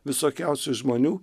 visokiausių žmonių